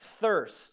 thirst